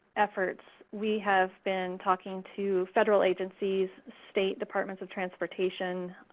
efforts, we have been talking to federal agencies, state departments of transportation,